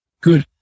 good